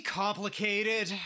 complicated